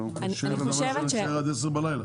ואנחנו נדאג שלבנקים יהיה מספיק זמן